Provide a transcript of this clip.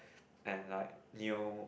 and like new